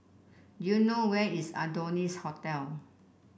you know where is Adonis Hotel